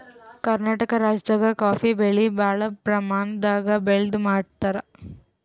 ಕರ್ನಾಟಕ್ ರಾಜ್ಯದಾಗ ಕಾಫೀ ಬೆಳಿ ಭಾಳ್ ಪ್ರಮಾಣದಾಗ್ ಬೆಳ್ದ್ ಮಾರ್ತಾರ್